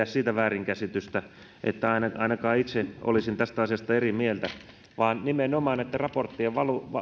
sitä väärinkäsitystä että ainakaan itse olisin tästä asiasta eri mieltä nimenomaan näitten raporttien